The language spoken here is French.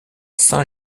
saint